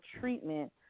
treatment